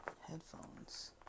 headphones